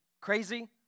crazy